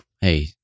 Hey